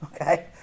okay